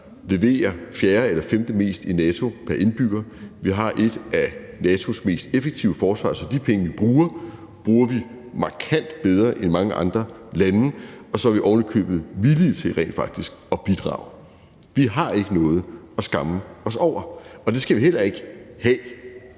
leverer fjerde- eller femtemest i NATO pr. indbygger. Vi har et af NATO's mest effektive forsvar, så de penge, vi bruger, bruger vi markant bedre end mange andre lande, og så er vi ovenikøbet villige til rent faktisk at bidrage. Vi har ikke noget at skamme os over, og det skal vi heller ikke have.